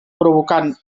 provocant